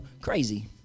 crazy